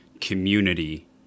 community